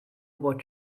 what